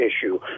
issue